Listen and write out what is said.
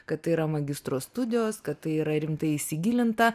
kad tai yra magistro studijos kad tai yra rimtai įsigilinta